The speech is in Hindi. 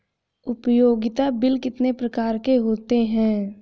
उपयोगिता बिल कितने प्रकार के होते हैं?